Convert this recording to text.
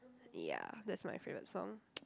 ya that's my favourite song